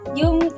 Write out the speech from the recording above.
yung